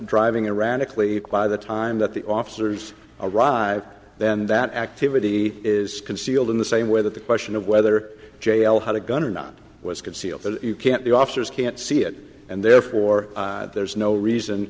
driving erratically by the time that the officers arrive then that activity is concealed in the same way that the question of whether jail had a gun or not was concealed that you can't the officers can't see it and therefore there's no reason